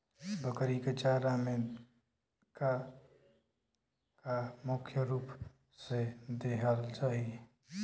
बकरी क चारा में का का मुख्य रूप से देहल जाई?